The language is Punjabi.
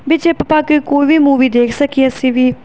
ਵੀ ਚਿਪ ਪਾ ਕੇ ਕੋਈ ਵੀ ਮੂਵੀ ਦੇਖ ਸਕੀਏ ਅਸੀਂ ਵੀ